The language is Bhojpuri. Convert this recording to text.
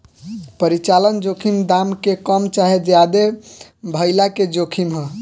परिचालन जोखिम दाम के कम चाहे ज्यादे भाइला के जोखिम ह